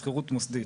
של שכירות מוסדית.